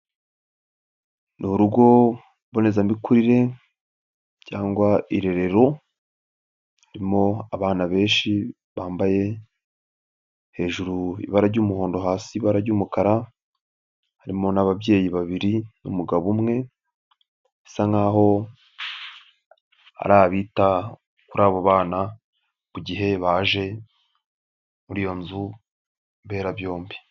Ni urugo mbonezamikurire cyangwa irerero harimo abana benshi bambaye hejuru ibara ry'umuhondo, hasi ibara ry'umukara, harimo ababyeyi babiri n'umugabo umwe bisa nk'aho ari abita kuri abo bana mu gihe baje muri iyo nzu mberabyombi.